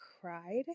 cried